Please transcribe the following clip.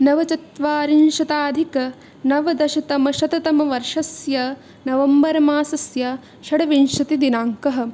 नवचत्वारिंशदधिकनवदशतमशततमवर्षस्य November मासस्य षड्विंशतिदिनाङ्कः